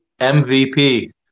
MVP